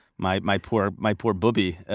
my my poor, my poor boobie,